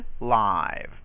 live